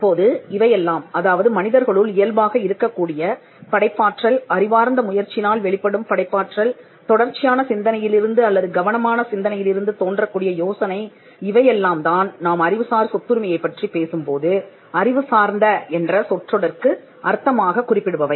தற்போது இவையெல்லாம் அதாவது மனிதர்களுள் இயல்பாக இருக்கக்கூடிய படைப்பாற்றல் அறிவார்ந்த முயற்சியினால் வெளிப்படும் படைப்பாற்றல் தொடர்ச்சியான சிந்தனையிலிருந்து அல்லது கவனமான சிந்தனையிலிருந்து தோன்றக்கூடிய யோசனை இவையெல்லாம்தான் நாம் அறிவுசார் சொத்துரிமையை பற்றிப் பேசும்போதுl அறிவு சார்ந்த என்ற சொற்றொடருக்கு அர்த்தமாகக் குறிப்பிடுபவை